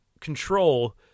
control